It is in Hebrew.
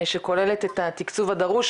שכוללת את התקצוב הדרוש,